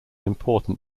important